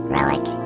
Relic